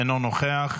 אינו נוכח,